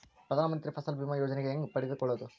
ಪ್ರಧಾನ ಮಂತ್ರಿ ಫಸಲ್ ಭೇಮಾ ಯೋಜನೆ ಹೆಂಗೆ ಪಡೆದುಕೊಳ್ಳುವುದು?